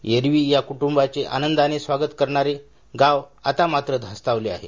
एरवी या कुटुंबाचं आनंदानं स्वागत करणारं गाव आता मात्र धास्तावलं आहे